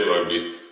rugby